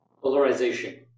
Polarization